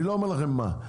אני לא אומר לכם מה,